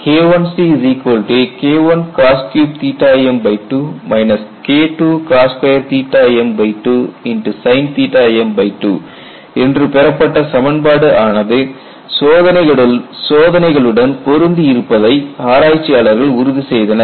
KICKIcos3m2 KIIcos2 m2sinm2 என்று பெறப்பட்ட சமன்பாடு ஆனது சோதனைகளுடன் பொருந்தி இருப்பதை ஆராய்ச்சியாளர்கள் உறுதி செய்தனர்